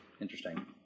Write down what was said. Interesting